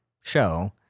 show